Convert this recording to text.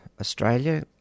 Australia